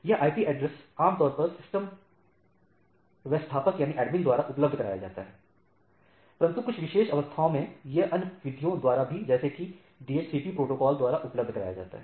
यह IP addressing आमतौर पर सिस्टम व्यवस्थापक द्वारा उपलब्ध कराया जाता है परंतु कुछ विशेष अवस्थाओं में यह अन्य विधियों द्वारा भी जैसे कि डीएचसीपी प्रोटोकॉल द्वारा उपलब्ध कराया जाता है